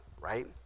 right